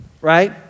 right